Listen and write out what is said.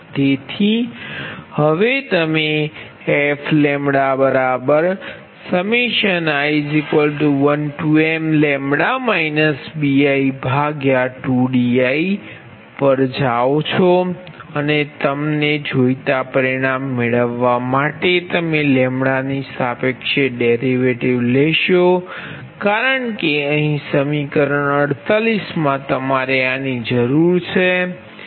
તેથી હવે તમે fi1mλ bi2di પણ જાણો છો તમને જોઇતા પરીણામ મેળવવા માટે તમે ની સાપેક્ષે ડેરિવેટિવ લેશો કારણ કે અહીં સમીકરણ 48 મા તમારે આની જરૂર છે